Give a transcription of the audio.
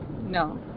no